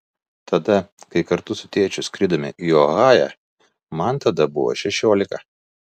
tada kai kartu su tėčiu skridome į ohają man tada buvo šešiolika